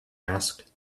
asked